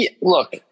Look